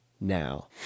now